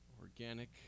organic